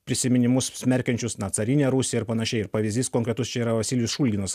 prisiminimus smerkiančius na carinę rusiją ir panašiai ir pavyzdys konkretus čia yra vasilijus šulginas